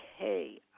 Okay